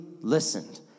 listened